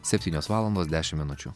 septynios valandos dešimt minučių